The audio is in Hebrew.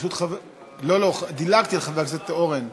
פשוט דילגתי על חבר הכנסת אורן,